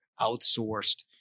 outsourced